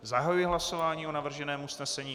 Zahajuji hlasování o navrženém usnesení.